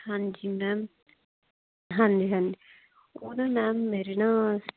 ਹਾਂਜੀ ਮੈਮ ਹਾਂਜੀ ਹਾਂਜੀ ਉਹਦਾ ਮੈਮ ਮੇਰੇ ਨਾ